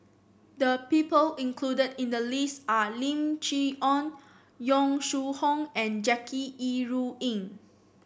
the people included in the list are Lim Chee Onn Yong Shu Hoong and Jackie Yi Ru Ying